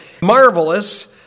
marvelous